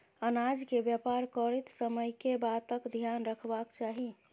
अनाज केँ व्यापार करैत समय केँ बातक ध्यान रखबाक चाहि?